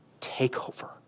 takeover